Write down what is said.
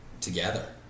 together